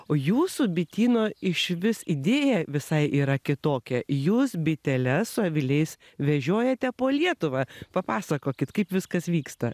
jūsų bityno išvis idėja visai yra kitokia jūs biteles su aviliais vežiojate po lietuvą papasakokit kaip viskas vyksta